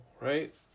right